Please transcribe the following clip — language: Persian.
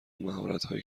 مهارتهایی